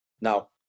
Now